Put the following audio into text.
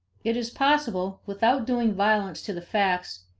it is possible, without doing violence to the facts,